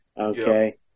okay